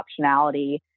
optionality